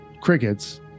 crickets